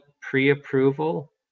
pre-approval